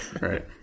Right